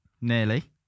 Nearly